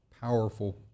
powerful